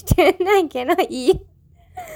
then I cannot eat